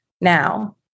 now